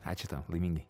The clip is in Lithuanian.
ačiū tau laimingai